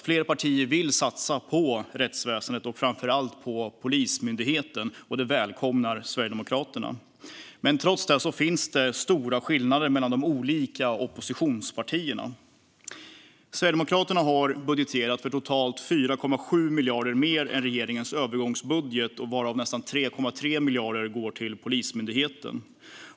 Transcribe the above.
Fler partier vill satsa på rättsväsendet, och framför allt på Polismyndigheten. Det välkomnar Sverigedemokraterna. Trots det finns det stora skillnader mellan de olika oppositionspartierna. Sverigedemokraterna har budgeterat för totalt 4,7 miljarder mer än regeringens övergångsbudget, varav nästan 3,3 miljarder går till Polismyndigheten.